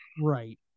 Right